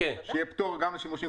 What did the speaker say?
שיהיה פטור גם לשימושים כפולים?